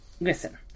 Listen